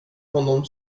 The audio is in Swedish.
honom